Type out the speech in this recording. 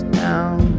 down